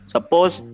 Suppose